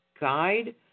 guide